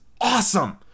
awesome